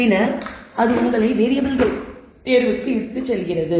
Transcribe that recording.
பின்னர் அது உங்களை வேறியபிள்கள் தேர்வுக்கு இட்டுச் செல்கிறது